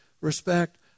respect